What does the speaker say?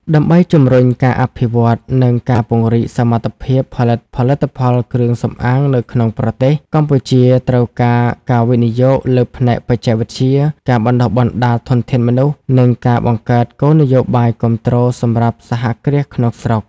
ដើម្បីជំរុញការអភិវឌ្ឍន៍ និងការពង្រីកសមត្ថភាពផលិតផលិតផលគ្រឿងសម្អាងនៅក្នុងប្រទេស កម្ពុជាត្រូវការការវិនិយោគលើផ្នែកបច្ចេកវិទ្យា ការបណ្ដុះបណ្ដាលធនធានមនុស្ស និងការបង្កើតគោលនយោបាយគាំទ្រសម្រាប់សហគ្រាសក្នុងស្រុក។